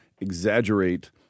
exaggerate